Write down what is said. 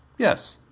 yes.